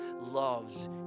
loves